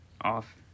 off